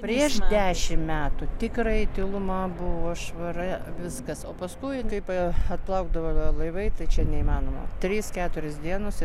prieš dešimt metų tikrai tyluma buvo švara viskas o paskui kaip atplaukdavo laivai tai čia neįmanoma trys keturios dienos